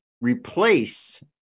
replace